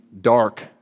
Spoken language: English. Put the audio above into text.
dark